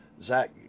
zach